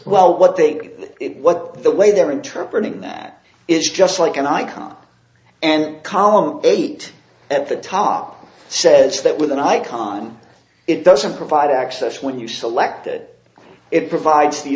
well what they what the way they're interpreted that is just like an icon and column eight at the top says that with an icon it doesn't provide access when you select it it provides the